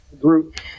group